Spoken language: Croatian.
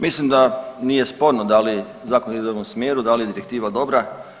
Mislim da nije sporno da li zakon ide u dobrom smjeru, da li je direktiva dobra.